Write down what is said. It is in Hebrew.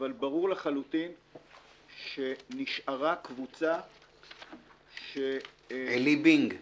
אבל ברור לחלוטין שנשארה קבוצה --- עלי בינג,